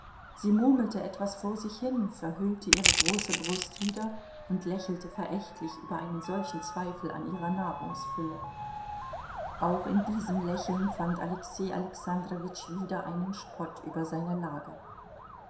sie murmelte etwas vor sich hin verhüllte ihre große brust wieder und lächelte verächtlich über einen solchen zweifel an ihrer nahrungsfülle auch in diesem lächeln fand alexei alexandrowitsch wieder einen spott über seine lage